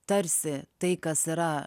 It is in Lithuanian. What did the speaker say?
tarsi tai kas yra